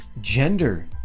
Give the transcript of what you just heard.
gender